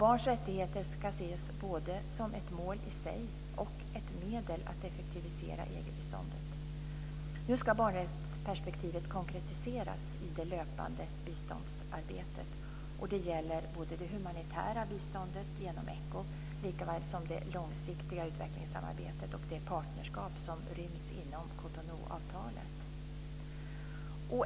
Barns rättigheter ska ses både som ett mål i sig och som ett medel för att effektivisera EG-biståndet. Nu ska barnrättsperspektivet konkretiseras i det löpande biståndsarbetet. Det gäller det humanitära biståndet genom ECHO likaväl som det långsiktiga utvecklingssamarbetet och det partnerskap som ryms inom Cotonou-avtalet.